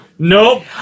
Nope